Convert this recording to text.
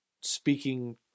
speaking